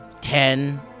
Ten